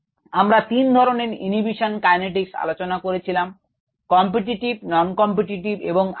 আমরা তিন ধরনের ইউনিভিশন কাইনেটিকস আলোচনা করেছিলাম কম্পিটিটিভ non competitive এবং un competitive